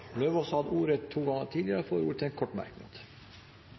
Elvestuen har hatt ordet to ganger tidligere og får ordet til en kort merknad,